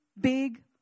big